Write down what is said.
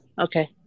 Okay